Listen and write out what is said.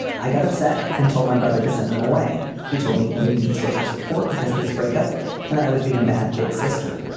i got upset and told my brother to send them away. he told me he needed social support because of this breakup and that i was being a bad big sister.